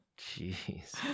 Jeez